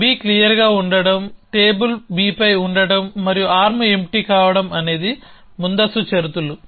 B క్లియర్గా ఉండటంటేబుల్ Bపై ఉండటం మరియు ఆర్మ్ ఎంప్టీ కావడం అనేది ముందస్తు షరతులు